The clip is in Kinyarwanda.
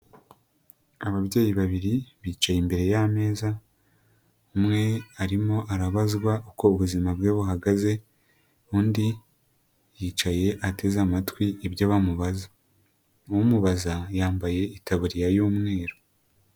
Ababyeyi babiri bicaye imbere y'ameza, umwe arimo arabazwa uko ubuzima bwe buhagaze undi yicaye ateze amatwi ibyo bamubaza, umubaza yambaye itaburiya y'umweru.